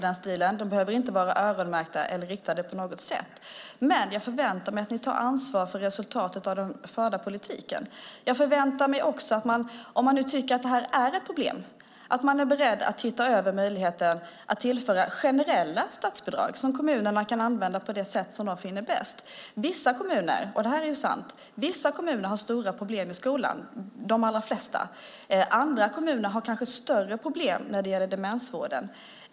De behöver inte vara öronmärkta eller riktade. Men jag förväntar mig att ni tar ansvar för resultatet av den förda politiken. Jag förväntar mig också att man, om man tycker att det är ett problem, är beredd att se över möjligheten att tillföra generella statsbidrag som kommunerna kan använda på det sätt som de finner bäst. Några kommuner - de allra flesta - har stora problem med skolan. Några kommuner har kanske större problem när det gäller demensvården.